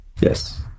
Yes